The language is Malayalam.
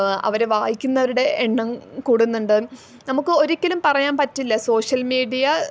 അവർ വായിക്കുന്നവരുടെ എണ്ണം കൂടുന്നുണ്ട് നമുക്ക് ഒരിക്കലും പറയാൻ പറ്റില്ല സോഷ്യൽ മീഡിയ